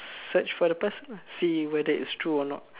search for the person lah see whether it's true or not